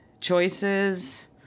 choices